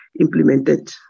implemented